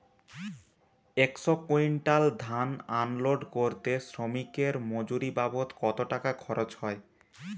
একশো কুইন্টাল ধান আনলোড করতে শ্রমিকের মজুরি বাবদ কত টাকা খরচ হয়?